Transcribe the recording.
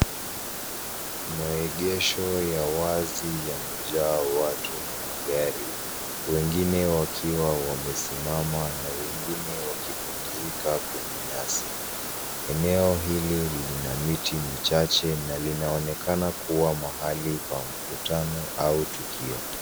Maegesho ya wazi yamejaa watu na magari wengine wakiwa wamesimama na wengine wakipumzika kwenye nyasi. Eneo hili lina miti michache na linaonekana kua mahali pa mkutano au tukio.